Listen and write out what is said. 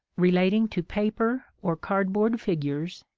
relating to paper or cardboard figures,